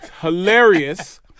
Hilarious